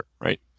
right